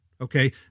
Okay